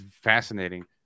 fascinating